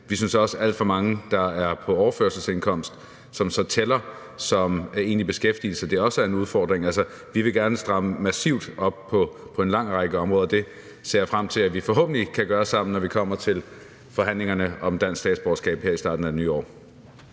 med de alt for mange på overførselsindkomst, som tæller med som egentlig i beskæftigelse. Altså, vi vil gerne stramme massivt op på en lang række områder, og det ser jeg frem til vi forhåbentlig kan gøre sammen, når vi kommer til forhandlingerne om dansk statsborgerskab her i starten af det nye år.